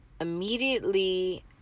immediately